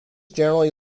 generally